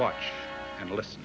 watch and listen